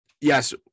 yes